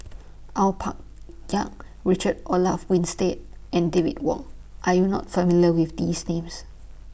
Au Pak Ya Richard Olaf Winstedt and David Wong Are YOU not familiar with These Names